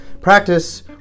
practice